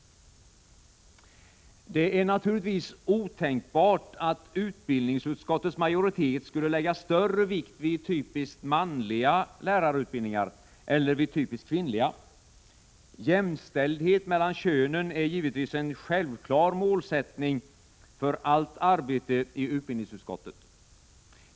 Det är naturligtvis otänkbart att utbildningsutskottets majoritet skulle lägga större vikt vid typiskt manliga lärarutbildningar än vid typiskt kvinnliga. Jämställdhet mellan könen är givetvis en självklar målsättning för allt arbete i utbildningsutskottet.